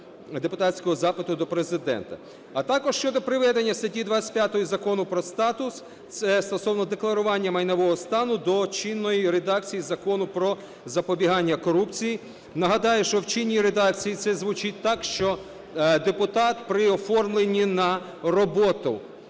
депутатського запиту до Президента. А також щодо приведення статті 25 Закону про статус – це стосовно декларування майнового стану до чинної редакції Закону "Про запобігання корупції". Нагадаю, що в чинній редакції це звучить так, що "депутат при оформленні на роботу".